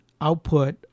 output